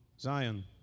Zion